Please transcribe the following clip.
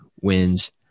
wins